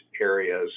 areas